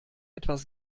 etwas